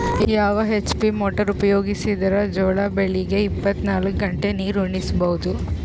ಯಾವ HP motor ಉಪಯೋಗಿಸಿದರ ಜೋಳ ಬೆಳಿಗ ಇಪ್ಪತ ನಾಲ್ಕು ಗಂಟೆ ನೀರಿ ಉಣಿಸ ಬಹುದು?